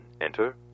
enter